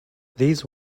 these